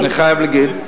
אני חייב להגיד,